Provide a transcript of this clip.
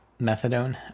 methadone